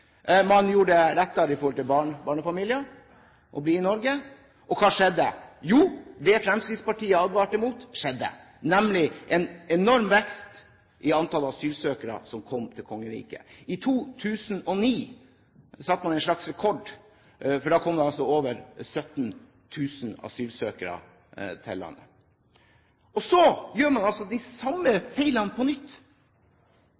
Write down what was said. Man gjorde det lettere for barnefamilier å bli i Norge. Og hva skjedde? Jo, det som Fremskrittspartiet advarte mot, skjedde, det ble nemlig en enorm vekst i antall asylsøkere som kom til kongeriket. I 2009 satte man en slags rekord, for da kom det over 17 000 asylsøkere til landet. Og så gjør man altså de samme